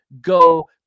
go